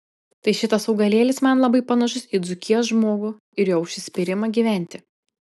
tai šitas augalėlis man labai panašus į dzūkijos žmogų ir jo užsispyrimą gyventi